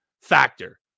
Factor